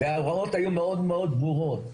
וההוראות היו מאד מאד ברורות.